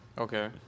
Okay